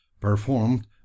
performed